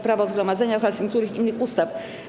Prawo o zgromadzeniach oraz niektórych innych ustaw.